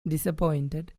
disappointed